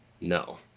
No